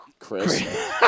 Chris